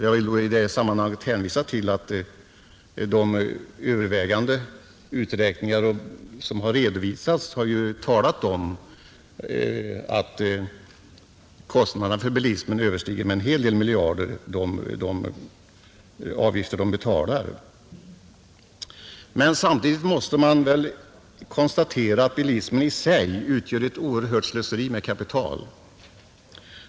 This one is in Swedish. Jag vill i det sammanhanget erinra om att det övervägande antalet redovisade uträkningar har visat att kostnaden för bilismen med en hel del miljarder kronor överstiger de avgifter bilismen betalar. Samtidigt måste man väl konstatera att bilismen i sig utgör ett oerhört slöseri med kapital.